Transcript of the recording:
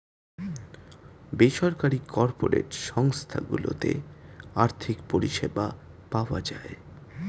বেসরকারি কর্পোরেট সংস্থা গুলোতে আর্থিক পরিষেবা পাওয়া যায়